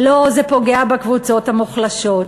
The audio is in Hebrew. לא, זה פוגע בקבוצות המוחלשות.